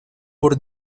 por